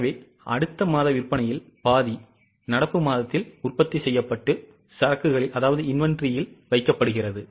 எனவே அடுத்த மாத விற்பனையில் பாதி நடப்பு மாதத்தில் உற்பத்தி செய்யப்பட்டு சரக்குகளில் வைக்கப்படுகிறது